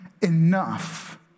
enough